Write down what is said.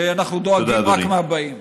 שאנחנו דואגים רק מהבאים.